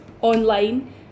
online